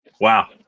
Wow